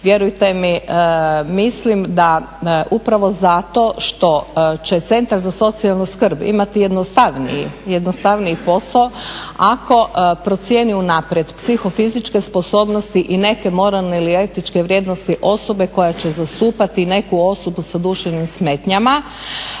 vjerujte mi mislim da upravo zato što će centar za socijalnu skrb imati jednostavniji posao ako procijeni unaprijed psihofizičke sposobnosti i neke moralne ili etičke vrijednosti osobe koja će zastupati neku osobu sa duševnim smetnjama